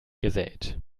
gesät